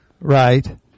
Right